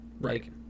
right